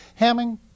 Hamming